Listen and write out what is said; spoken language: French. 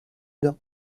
dents